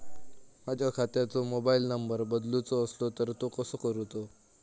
माझ्या खात्याचो mobile number बदलुचो असलो तर तो कसो करूचो?